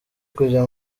kujya